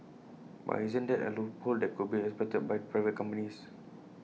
but isn't that A loophole that could be exploited by private companies